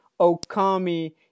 Okami